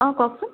অ' কওকচোন